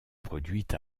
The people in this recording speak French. produite